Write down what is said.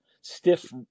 stiff